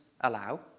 allow